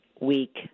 week